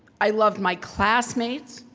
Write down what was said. i loved my classmates,